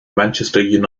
manchester